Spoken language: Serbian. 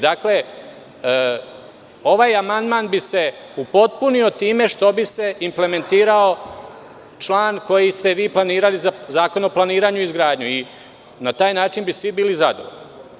Dakle, ovaj amandman bi se upotpunio time što bi se implementirao član koji ste vi planirali za Zakon o planiranju i izgradnji i na taj način bi svi bili zadovoljni.